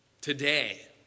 Today